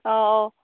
ꯑꯧ ꯑꯧ